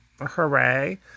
Hooray